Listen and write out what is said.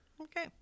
Okay